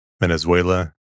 Venezuela